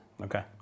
Okay